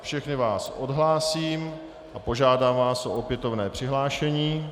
Všechny vás odhlásím a požádám vás o opětovné přihlášení.